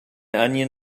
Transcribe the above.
onion